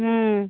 হুম